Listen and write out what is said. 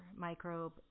microbe